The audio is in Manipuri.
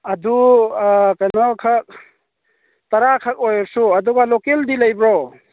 ꯑꯗꯨ ꯑꯥ ꯀꯩꯅꯣ ꯈꯛ ꯇꯔꯥ ꯈꯛ ꯑꯣꯏꯔꯁꯨ ꯑꯗꯨꯒ ꯂꯣꯀꯦꯜꯗꯤ ꯂꯩꯕ꯭ꯔꯣ